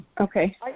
Okay